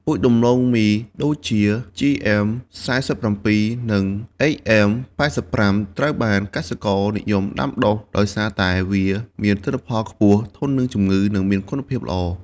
ពូជដំឡូងមីដូចជា GM 47 និង HM 85 ត្រូវបានកសិករនិយមដាំដុះដោយសារតែវាមានទិន្នផលខ្ពស់ ធន់នឹងជំងឺ និងមានគុណភាពល្អ។